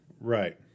Right